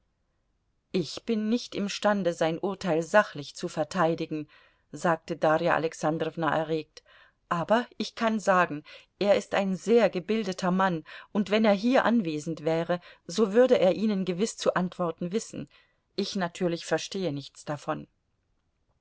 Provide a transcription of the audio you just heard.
ich bin nicht imstande sein urteil sachlich zu verteidigen sagte darja alexandrowna erregt aber ich kann sagen er ist ein sehr gebildeter mann und wenn er hier anwesend wäre so würde er ihnen gewiß zu antworten wissen ich natürlich verstehe nichts davon